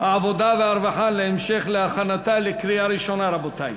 העבודה והרווחה להכנתה לקריאה ראשונה, רבותי.